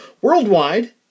worldwide